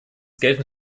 gelten